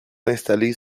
installées